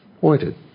pointed